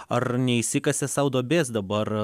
ar neišsikasė sau duobės dabar